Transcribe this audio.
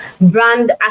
brand